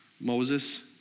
Moses